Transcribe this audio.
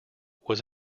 was